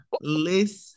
listen